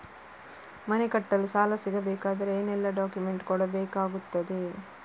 ಮನೆ ಕಟ್ಟಲು ಸಾಲ ಸಿಗಬೇಕಾದರೆ ಏನೆಲ್ಲಾ ಡಾಕ್ಯುಮೆಂಟ್ಸ್ ಕೊಡಬೇಕಾಗುತ್ತದೆ?